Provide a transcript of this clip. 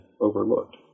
overlooked